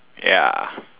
ya